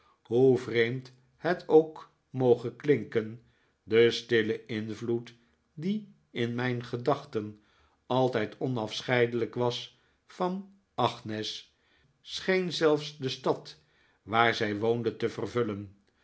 hoe vreemd het ook moge klinken de stille invloed die in mijn gedachten altijd onafscheidelijk was van agnes scheen zelfs de stad waar zij woonde te vervullen